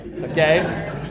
okay